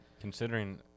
Considering